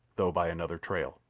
though by another trail.